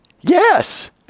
Yes